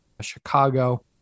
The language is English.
Chicago